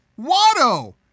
Watto